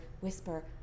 whisper